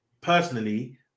personally